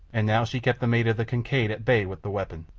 and now she kept the mate of the kincaid at bay with the weapon.